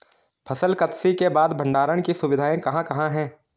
फसल कत्सी के बाद भंडारण की सुविधाएं कहाँ कहाँ हैं?